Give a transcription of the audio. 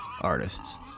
artists